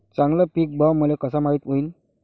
चांगला पीक भाव मले कसा माइत होईन?